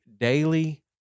daily